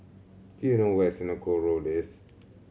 do you know where Senoko Road is